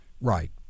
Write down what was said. Right